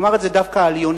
הוא אמר את זה דווקא על יונים,